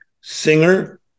Singer